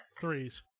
Threes